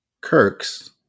Kirk's